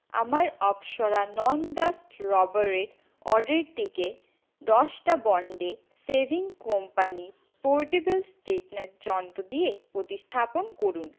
আমার অপসরা non dust রবারের অর্ডারটিকে দশটা Bombay shaving company portable straightener যন্ত্র দিয়ে প্রতিস্থাপন করুন